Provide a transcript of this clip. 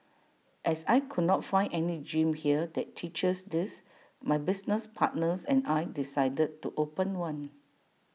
as I could not find any gym here that teaches this my business partners and I decided to open one